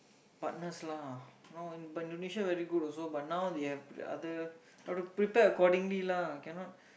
partners lah now but Indonesia very good also but now they have other have to prepare accordingly lah